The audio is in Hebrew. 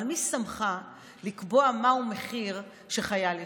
אבל מי שמך לקבוע מהו המחיר שחייל ישלם?